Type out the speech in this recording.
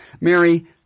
Mary